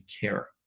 care